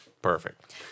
Perfect